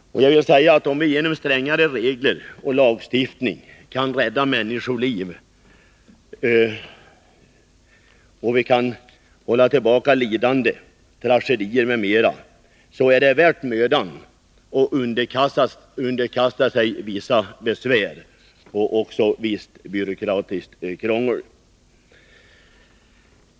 Om vi genom strängare regler och lagstiftning kan rädda människoliv och hålla tillbaka lidande, tragedier m.m., är det värt mödan att underkasta sig vissa besvär och visst byråkratiskt krångel.